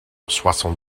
soixante